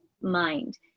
mind